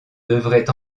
devrait